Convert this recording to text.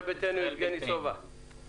ההצעה לא התקבלה.